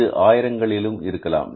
இது ஆயிரம்களிலும் இருக்கலாம்